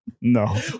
No